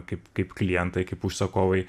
kaip kaip klientai kaip užsakovai